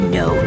no